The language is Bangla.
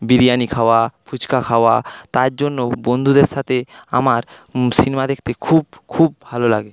বিরিয়ানি খাওয়া ফুচকা খাওয়া তার জন্য বন্ধুদের সঙ্গে আমার সিনেমা দেখতে খুব খুব ভালো লাগে